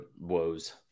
woes